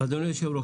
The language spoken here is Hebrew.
אדוני היושב-ראש,